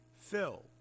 filled